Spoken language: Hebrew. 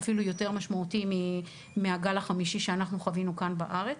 אפילו יותר משמעותי מהגל החמישי שאנחנו חווינו כאן בארץ,